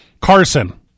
carson